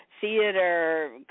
theater